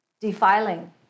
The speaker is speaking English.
defiling